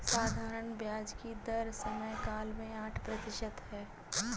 साधारण ब्याज की दर समयकाल में आठ प्रतिशत है